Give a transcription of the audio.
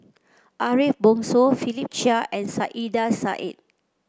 Ariff Bongso Philip Chia and Saiedah Said